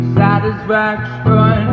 satisfaction